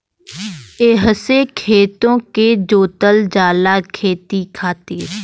एहसे खेतो के जोतल जाला खेती खातिर